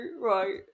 right